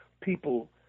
people